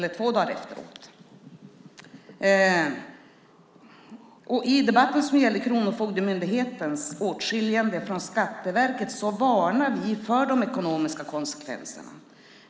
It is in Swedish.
I den debatt som gällde Kronofogdemyndighetens åtskiljande från Skatteverket varnade vi för de ekonomiska konsekvenserna.